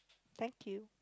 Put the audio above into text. thank you